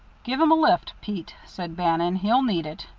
give him a lift, pete, said bannon. he'll need it.